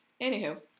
Anywho